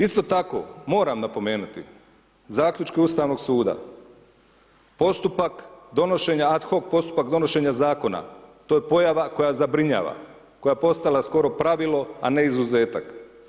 Isto tako moram napomenuti zaključke Ustavnog suda, postupak donošenja ad hoc postupak donošenja zakona, to je pojava koja zabrinjava, koja je postala skoro pravilo a ne izuzetak.